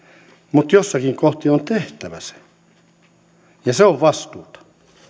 mutta jossakin kohti on tehtävä se ja se on vastuuta